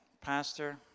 Pastor